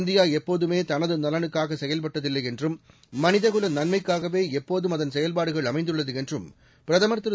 India எப்போதுமே தனது நலனுக்காக செயல்பட்டதில்லை என்றும் மனிதகுல நன்மைக்காகவே எப்போதும் அதன் செயவ்பாடுகள் அமைந்துள்ளது என்றும் பிரதமர் திரு